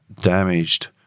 damaged